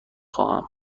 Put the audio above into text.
خواهم